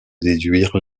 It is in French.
déduire